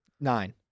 Nine